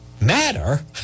matter